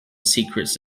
secrets